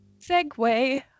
Segway